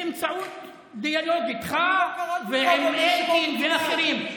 הבאתי באמצעות דיאלוג איתך ועם אלקין ואחרים.